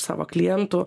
savo klientų